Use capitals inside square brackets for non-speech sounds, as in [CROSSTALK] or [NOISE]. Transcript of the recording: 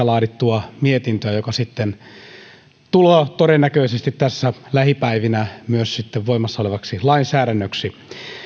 [UNINTELLIGIBLE] laadittua mietintöä joka tulee todennäköisesti tässä lähipäivinä myös voimassaolevaksi lainsäädännöksi